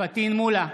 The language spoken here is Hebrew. פטין מולא,